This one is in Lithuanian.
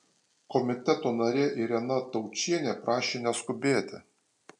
komiteto narė irena taučienė prašė neskubėti